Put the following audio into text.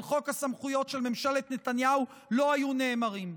על חוק הסמכויות של ממשלת נתניהו לא היו נאמרים.